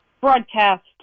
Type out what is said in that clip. broadcast